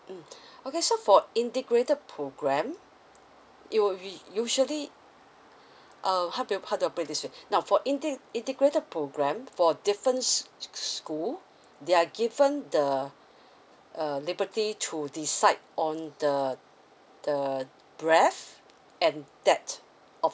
mm okay so for integrated programme it will u~ usually uh how to how to break this way now for inte~ integrated programme for different s~ school they are given the uh liberty to decide on the the breadth and depth of